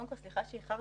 סליחה שאיחרתי,